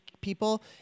people